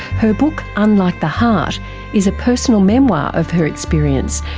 her book unlike the heart is a personal memoir of her experience,